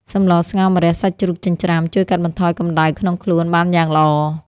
សម្លស្ងោរម្រះសាច់ជ្រូកចិញ្ច្រាំ ជួយកាត់បន្ថយកំដៅក្នុងខ្លួនបានយ៉ាងល្អ។